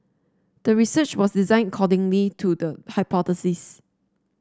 the research was designed accordingly to the hypothesis